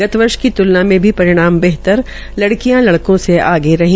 गत वर्ष की त्लना में भी परिणाम बेहतर लड़कियां लड़कों से आगे रही